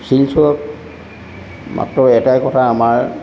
শিলচৰত মাত্ৰ এটাই কথা আমাৰ